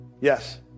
Yes